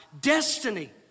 destiny